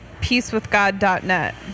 Peacewithgod.net